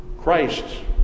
Christ